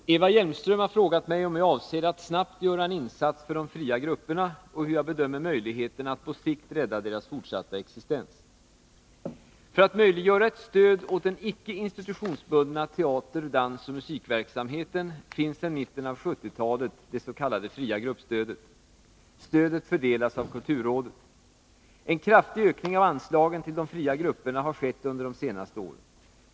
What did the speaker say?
Herr talman! Eva Hjelmström har frågat mig om jag avser att snabbt göra en insats för de fria grupperna och hur jag bedömer möjligheterna att på sikt rädda deras fortsatta existens. För att möjliggöra ett stöd åt den icke institutionsbundna teater-, dansoch musikverksamheten finns sedan mitten av 1970-talet det s.k. fria gruppstödet. Stödet fördelas av kulturrådet. En kraftig ökning av anslagen till de fria grupperna har skett under de senaste åren.